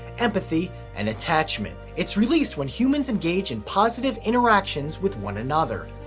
empathy and attachment. it's released when humans engage in positive interactions with one another.